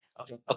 Okay